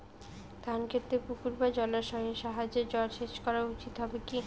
ধান খেতে পুকুর বা জলাশয়ের সাহায্যে জলসেচ করা উচিৎ হবে কি?